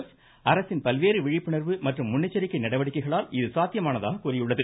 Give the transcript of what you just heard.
்ப் அரசின் பல்வேறு விழிப்புணர்வு மற்றும் முன் எச்சரிக்கை நடவடிக்கைகளால் இது சாத்தியமானதாக கூறியுள்ளது